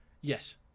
Yes